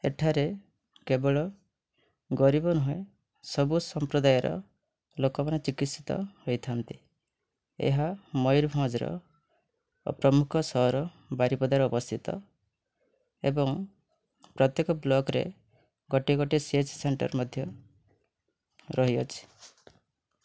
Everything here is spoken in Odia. ଏଠାରେ କେବଳ ଗରିବ ନୁହଁ ସବୁ ସମ୍ପ୍ରଦାୟର ଲୋକମାନେ ଚିକିତ୍ସିତ ହୋଇଥାନ୍ତି ଏହା ମୟୂରଭଞ୍ଜର ପ୍ରମୁଖ ସହର ବାରିପଦାରେ ଅବସ୍ଥିତ ଏବଂ ପ୍ରତ୍ୟେକ ବ୍ଲକ୍ରେ ଗୋଟିଏ ଗୋଟେ ସି ଏସ୍ ସେଣ୍ଟର୍ ମଧ୍ୟ ରହିଅଛି